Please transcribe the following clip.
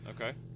Okay